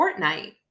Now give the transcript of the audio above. Fortnite